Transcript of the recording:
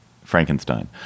Frankenstein